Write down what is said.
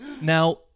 Now